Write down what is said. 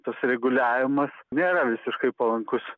tas reguliavimas nėra visiškai palankus